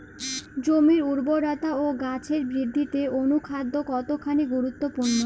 জমির উর্বরতা ও গাছের বৃদ্ধিতে অনুখাদ্য কতখানি গুরুত্বপূর্ণ?